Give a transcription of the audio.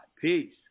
Peace